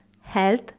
health